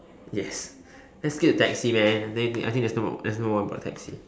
ya let's skip the taxi man and then I think there's no more there's no more about the taxi